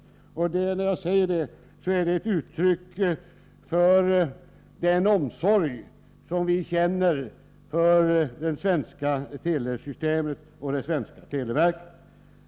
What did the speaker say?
När jag säger detta, är det ett uttryck för vår omsorg om det svenska telesystemet och det svenska televerket.